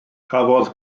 cafodd